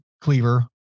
cleaver